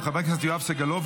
של חבר הכנסת יואב סגלוביץ'.